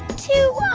to.